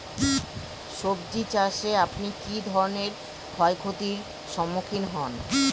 সবজী চাষে আপনি কী ধরনের ক্ষয়ক্ষতির সম্মুক্ষীণ হন?